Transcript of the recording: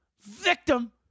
Victim